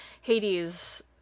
Hades